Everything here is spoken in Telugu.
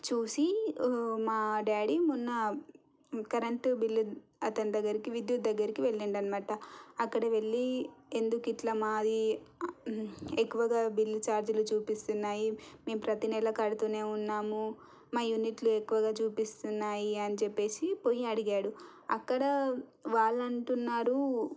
చూసి మా డాడీ మొన్న కరెంట్ బిల్లు అతని దగ్గరకి విద్యుత్ దగ్గరికి వెళ్ళిండు అన్నమాట అక్కడ వెళ్ళి ఎందుకు ఇట్లా మాది ఎక్కువగా బిల్లు ఛార్జీలు చూపిస్తున్నాయి మేము ప్రతీ నెలా కడుతూనే ఉన్నాము మా యూనిట్లు ఎక్కువగా చూపిస్తున్నాయి అని చెప్పేసి పోయి అడిగాడు అక్కడ వాళ్ళు అంటున్నారు